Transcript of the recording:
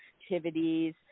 activities